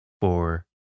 four